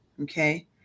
Okay